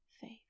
faith